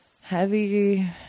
heavy